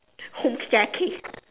home staircase